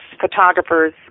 photographers